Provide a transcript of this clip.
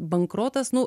bankrotas nu